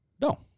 No